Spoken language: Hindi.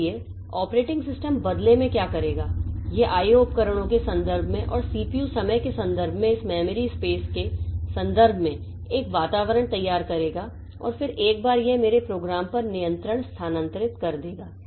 इसलिए ऑपरेटिंग सिस्टम बदले में क्या करेगा यह IO उपकरणों के संदर्भ में और CPU समय के संदर्भ में इस मेमोरी स्पेस के संदर्भ में एक वातावरण तैयार करेगा और फिर एक बार यह मेरे प्रोग्राम पर नियंत्रण स्थानांतरित कर देगा